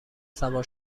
سوار